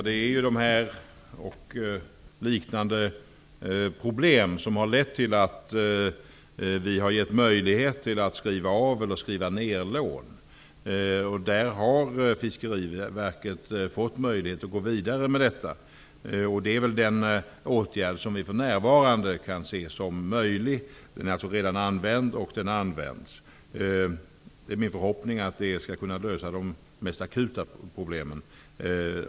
Fru talman! Det är dessa och liknande problem som har lett till att vi har givit möjlighet att skriva av eller skriva ner lån. Fiskeriverket har fått möjlighet att gå vidare med det. Det är den åtgärd som vi för närvarande kan se som möjlig. Den åtgärden används redan. Det är min förhoppning att det skall kunna lösa de mest akuta problemen.